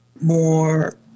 more